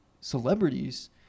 celebrities